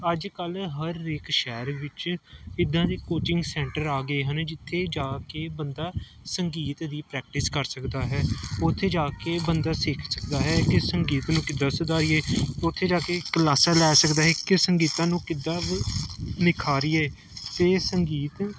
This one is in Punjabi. ਅੱਜ ਕੱਲ੍ਹ ਹਰ ਇੱਕ ਸ਼ਹਿਰ ਵਿੱਚ ਇੱਦਾਂ ਦੇ ਕੋਚਿੰਗ ਸੈਂਟਰ ਆ ਗਏ ਹਨ ਜਿੱਥੇ ਜਾ ਕੇ ਬੰਦਾ ਸੰਗੀਤ ਦੀ ਪ੍ਰੈਕਟਿਸ ਕਰ ਸਕਦਾ ਹੈ ਉੱਥੇ ਜਾ ਕੇ ਬੰਦਾ ਸਿੱਖ ਸਕਦਾ ਹੈ ਕਿ ਸੰਗੀਤ ਨੂੰ ਕਿੱਦਾਂ ਸੁਧਾਰੀਏ ਉੱਥੇ ਜਾ ਕੇ ਕਲਾਸਾਂ ਲੈ ਸਕਦਾ ਹੈ ਕਿ ਸੰਗੀਤ ਨੂੰ ਕਿੱਦਾਂ ਵ ਨਿਖਾਰੀਏ ਅਤੇ ਸੰਗੀਤ